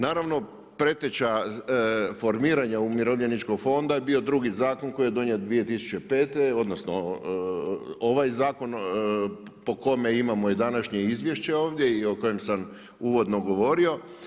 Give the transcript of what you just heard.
Naravno preteča formiranja Umirovljeničkog fonda je bio drugi zakon koji je donijet 2005. odnosno ovaj zakon po kome imamo i današnje izvješće ovdje i o kojem sam uvodno govorio.